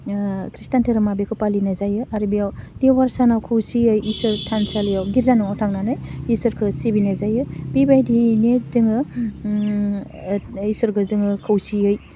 ओह खृष्टान धोरोमा बेखौ फालिनाय जायो आरो बेयाव देवबार सानाव खौसेयै इसोर थानसालियाव गिर्जा न'आव थांनानै इसोरखौ सिबिनाय जायो बेबायदियैनो जोङो ओह इसोरखौ जोङो खौसेयै